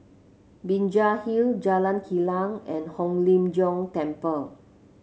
Binjai Hill Jalan Kilang and Hong Lim Jiong Temple